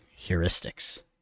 heuristics